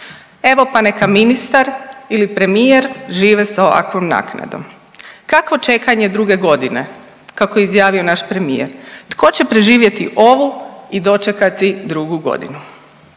Evo pa neka ministar ili premijer žive sa ovakvom naknadom. Kakvo čekanje druge godine kako je izjavio naš premijer, tko će preživjeti ovu i dočekati drugu godinu